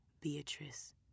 Beatrice